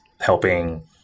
helping